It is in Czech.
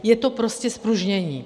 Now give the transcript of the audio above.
Je to prostě zpružnění.